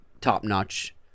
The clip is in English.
top-notch